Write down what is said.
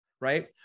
right